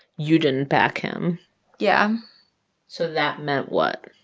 you didn't back him yeah so that meant what?